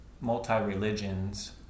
multi-religions